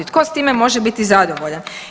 Tko s time može biti zadovoljan?